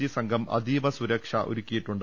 G സംഘം അതീവസുരക്ഷ ഒരുക്കിയിട്ടുണ്ട്